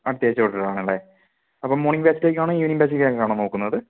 അടുത്ത ആഴ്ച്ച തൊട്ടാണല്ലേ അപ്പം മോർണിംഗ് ബാച്ചിലേക്കാണോ ഈവെനിംഗ് ബാച്ചിലേക്കാണോ നോക്കുന്നത്